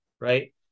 right